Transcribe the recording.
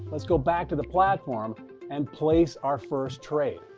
let's go back to the platform and place our first trade.